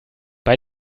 bei